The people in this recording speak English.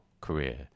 career